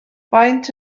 faint